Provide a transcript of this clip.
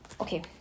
okay